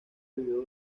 vivió